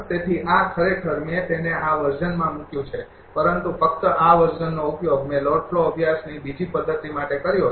તેથી આ ખરેખર મેં તેને આ વરઝનમાં મૂક્યું છે પરંતુ ફક્ત આ વરઝનનો ઉપયોગ મેં લોડ ફ્લો અભ્યાસની બીજી પદ્ધતિ માટે કર્યો છે